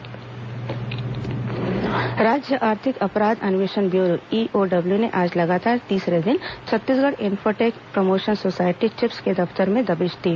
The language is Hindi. ईओडब्ल्यू चिप्स जांच राज्य आर्थिक अपराध अन्वेषण ब्यूरो ईओडब्ल्यू ने आज लगातार तीसरे दिन Chhattisgarh Infotech Promotion Society CHiPS के दफ्तर में दबिश दी